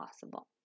possible